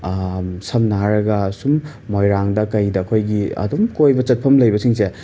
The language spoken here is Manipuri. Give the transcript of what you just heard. ꯁꯝꯅ ꯍꯥꯏꯔꯒ ꯁꯨꯝ ꯃꯣꯏꯔꯥꯡꯗ ꯀꯩꯗ ꯑꯩꯈꯣꯏꯒꯤ ꯑꯗꯨꯝ ꯀꯣꯏꯕ ꯆꯠꯐꯝ ꯂꯩꯕꯁꯤꯡꯁꯦ